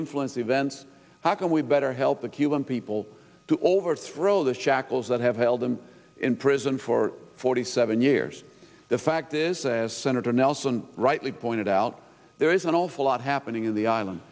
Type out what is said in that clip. influence events how can we better help the cuban people to overthrow the shackles that have held them in prison for forty seven years the fact is as senator nelson rightly pointed out there is an awful lot happening in the island